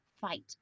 fight